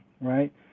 right